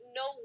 no